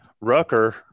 Rucker